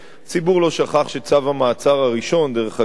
הציבור לא שכח שצו המעצר הראשון, דרך אגב,